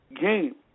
game